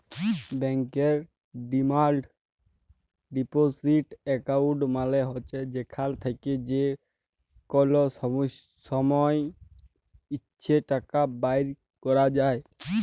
ব্যাংকের demand deposit account মালে হছে যেখাল থ্যাকে যে কল সময় ইছে টাকা বাইর ক্যরা যায়